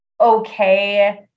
okay